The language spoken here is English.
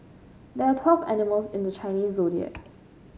there are twelve animals in the Chinese Zodiac